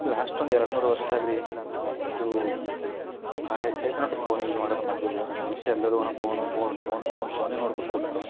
last ಒಂದು ಎರಡು ಮೂರು ವರ್ಷ್ದಾಗ ರೀ ಇವೂ ಭಾಳ ಹೆಚ್ಚಾಯ್ತು ನೋಡ್ರಿ ಫೋನ್ ಯೂಸ್ ಮಾಡೋದು ಮಂದಿದೂ ಹಮೇಶ ಎಲ್ಲರು ಅಣ ಫೋನ್ ಫೋನ್ ಫೋನ್ ಫೋನ್ ಫೋನೇ ನೋಡ್ಕೊತ ಕೂಡ್ಲತವು